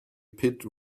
pit